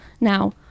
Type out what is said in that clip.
now